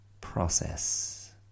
process